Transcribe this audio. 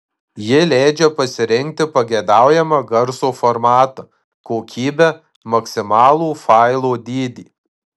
ji leidžia pasirinkti pageidaujamą garso formatą kokybę maksimalų failo dydį